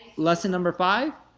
lesson number five,